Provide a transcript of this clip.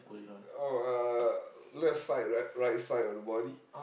oh uh left side right right side of the body